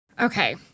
Okay